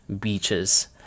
beaches